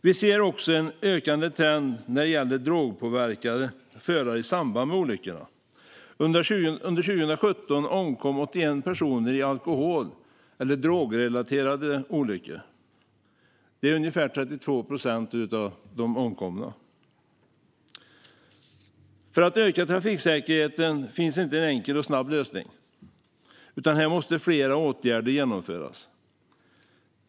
Vi ser också en ökande trend när det gäller drogpåverkade förare i samband med olyckor. Under 2017 omkom 81 personer i alkohol eller drogrelaterade olyckor. Det är ungefär 32 procent av de omkomna. För att öka trafiksäkerheten finns inte en enkel och snabb lösning, utan här måste flera åtgärder vidtas.